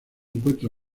encuentra